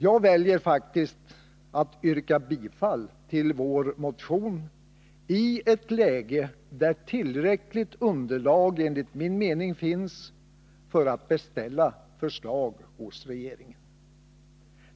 Jag väljer faktiskt att yrka bifall till vår motion i ett läge där tillräckligt underlag enligt min mening finns för att beställa förslag hos regeringen.